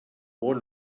bon